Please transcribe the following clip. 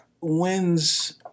wins